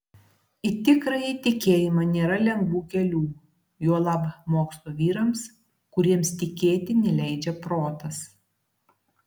į tikrąjį tikėjimą nėra lengvų kelių juolab mokslo vyrams kuriems tikėti neleidžia protas